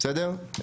בסדר?